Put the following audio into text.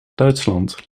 duitsland